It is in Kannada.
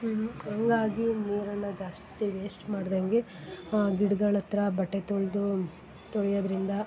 ಹಂಗಾಗಿ ನೀರನ್ನ ಜಾಸ್ತಿ ವೇಸ್ಟ್ ಮಾಡ್ದಂಗೆ ಗಿಡ್ಗಳ ಹತ್ರ ಬಟ್ಟೆ ತೊಳೆದು ತೊಳಿಯೋದರಿಂದ